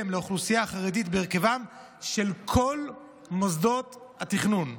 לאוכלוסייה החרדית בהרכבם של כל מוסדות התכנון,